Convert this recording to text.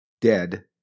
Dead